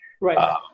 Right